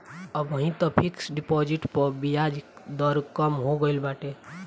अबही तअ fix deposit पअ बियाज दर कम हो गईल बाटे